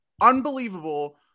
unbelievable